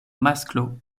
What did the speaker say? masklo